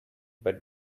but